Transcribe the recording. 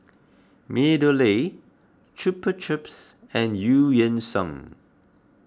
MeadowLea Chupa Chups and Eu Yan Sang